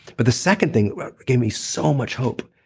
but the second thing gave me so much hope,